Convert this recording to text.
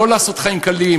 לא לעשות לה חיים קלים.